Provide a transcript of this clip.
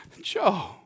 Joe